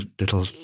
little